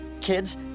kids